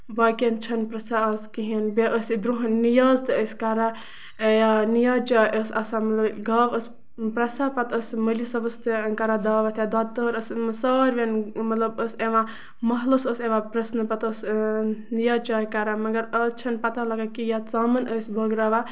باقٮ۪ن چھُنہٕ آز پریژَھان کِہیٖنۍ نہٕ بیٚیہِ ٲسۍ أسۍ برونہہ نِیاز تہِ ٲسۍ کران یا نِیاز چاے ٲسۍ آسان گاو ٲسۍ پرٮ۪ژھان پَتہٕ ٲسۍ سۄ مولوی صٲبَس تہِ کران دعوت یا دۄدٕ تٔہَر ٲسۍ أنمٕژ ساروٮ۪ن مطلب ٲسۍ یِوان محلَس اوس یِوان پرٮ۪ژھنہٕ پَتہٕ اوس نِیاز چاے کران مَگر آز چھُنہٕ پَتہ لَگان یا ژامَن ٲسۍ بٲگراوان